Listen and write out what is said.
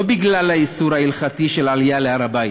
לא בגלל האיסור ההלכתי של עלייה להר-הבית,